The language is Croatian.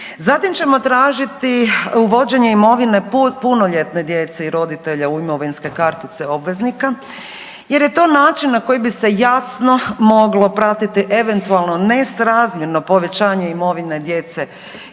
Zatim ćemo tražiti uvođenje imovine punoljetne djece i roditelja u imovinske kartice obveznica jer je to način na koji bi se jasno moglo pratiti eventualno nesrazmjerno povećanje imovine djece